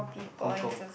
hong-kong